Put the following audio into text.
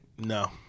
No